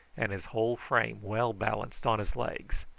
and his whole frame well balanced on his legs.